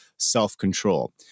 self-control